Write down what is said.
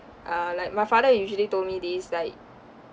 err like my father usually told me this like